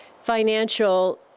financial